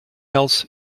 else